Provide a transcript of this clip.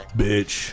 bitch